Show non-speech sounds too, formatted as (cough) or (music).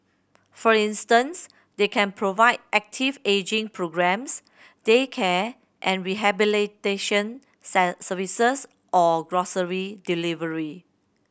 for instance they can provide active ageing programmes daycare and rehabilitation (unintelligible) services or grocery delivery